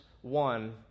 one